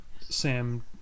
sam